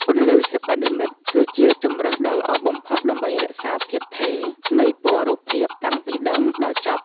ពន្លឺសិប្បនិម្មិតគឺជាជម្រើសដ៏ល្អបំផុតដើម្បីរក្សាភាពថេរនៃពណ៌រូបភាពតាំងពីដើមដល់ចប់។